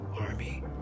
army